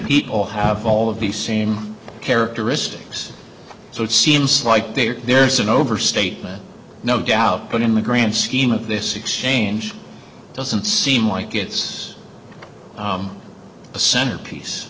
people have all of the same characteristics so it seems like they are there's an overstatement no doubt but in the grand scheme of this exchange doesn't seem like it's a center